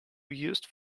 used